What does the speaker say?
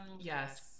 yes